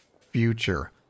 future